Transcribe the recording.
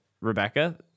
Rebecca